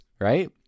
right